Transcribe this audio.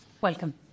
Welcome